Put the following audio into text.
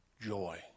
joy